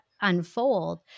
unfold